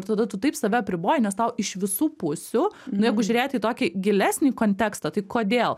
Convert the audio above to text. ir tada tu taip save apriboji nes tau iš visų pusių jeigu žiūrėti į tokį gilesnį kontekstą tai kodėl